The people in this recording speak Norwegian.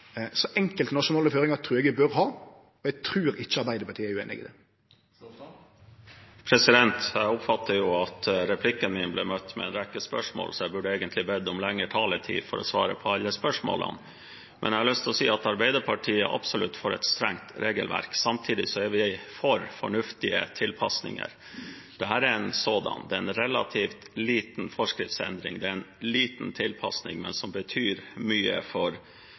Så enkelte nasjonale føringar trur eg vi bør ha, og eg trur ikkje Arbeidarpartiet er ueinig i det. Jeg oppfatter at replikken min ble møtt med en rekke spørsmål, så jeg burde egentlig bedt om lengre taletid for å svare på alle spørsmålene. Men jeg har lyst til å si at Arbeiderpartiet absolutt er for et strengt regelverk. Samtidig er vi for fornuftige tilpasninger. Dette er en sådan, det er en relativt liten forskriftendring, det er en liten tilpasning, men det betyr mye for